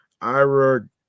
Ira